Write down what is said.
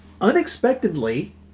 unexpectedly